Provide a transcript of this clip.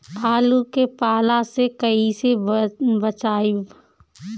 आलु के पाला से कईसे बचाईब?